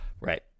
Right